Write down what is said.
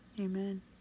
Amen